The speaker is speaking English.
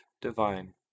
divine